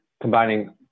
combining